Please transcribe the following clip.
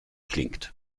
klingt